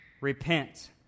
repent